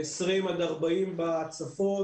ו-20 עד 40 בצפון,